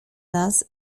nas